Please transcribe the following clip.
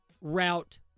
route